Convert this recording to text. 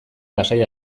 lasai